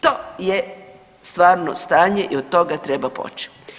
To je stvarno stanje i od toga treba poći.